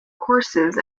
courses